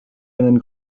einen